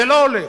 זה לא הולך.